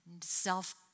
self